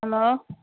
hello